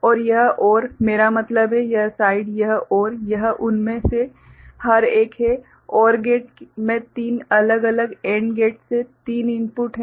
और यह OR मेरा मतलब है यह साइड यह OR यह उनमें से हर एक हैं - OR गेट में तीन अलग अलग AND गेट्स से तीन इनपुट हैं